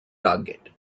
target